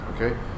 Okay